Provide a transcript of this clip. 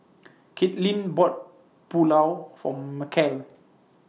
Katelin bought Pulao For Macel